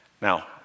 Now